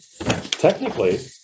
technically